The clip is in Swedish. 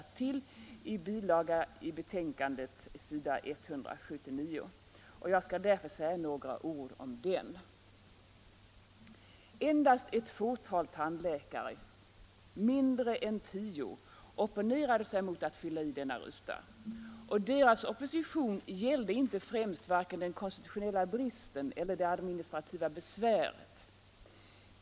Och deras opposition gällde inte främst vare sig den konstitutionella bristen eller det administrativa besväret.